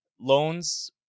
Loans